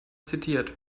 zitiert